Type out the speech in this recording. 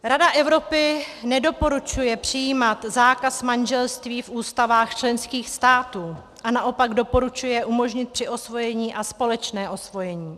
Rada Evropy nedoporučuje přijímat zákaz manželství v ústavách členských států a naopak doporučuje umožnit přiosvojení a společné osvojení.